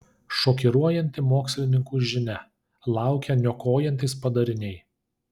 šokiruojanti mokslininkų žinia laukia niokojantys padariniai